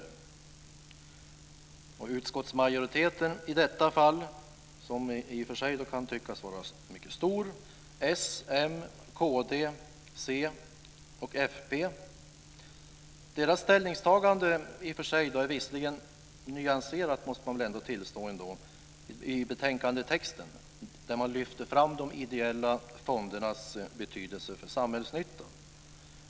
Ställningstagandet från utskottsmajoriteten - vilken i detta fall i och för sig kan tyckas vara mycket stor: s, m, kd, c och fp - i betänkandetexten är visserligen nyanserat; det måste man ändå tillstå. Man lyfter fram de ideella fondernas betydelse för samhällsnyttan.